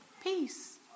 peace